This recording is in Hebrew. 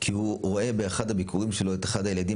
כי הוא ראה באחד הביקורים שלו את אחד הילדים